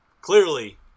clearly